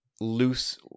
loose